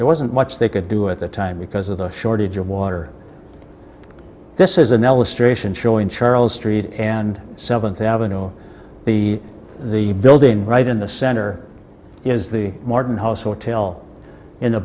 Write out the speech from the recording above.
there wasn't much they could do at the time because of the shortage of water this is an ellis trace in showing charles street and seventh avenue the the building right in the center is the martin house hotel in the